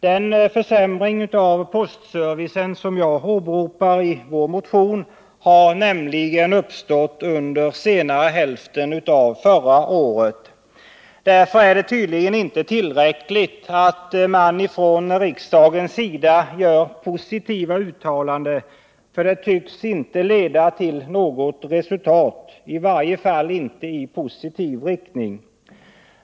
Den försämring av postservicen som vi åberopar i vår motion har nämligen uppstått under senare hälften av förra året. Det är tydligen inte tillräckligt att man från riksdagens sida gör positiva uttalanden, för det tycks inte leda till något resultat, i varje fall inte i positiv riktning.